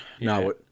no